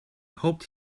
hoped